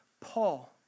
Paul